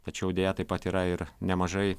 tačiau deja taip pat yra ir nemažai